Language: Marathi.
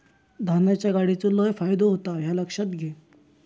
धान्याच्या गाडीचो लय फायदो होता ह्या लक्षात घे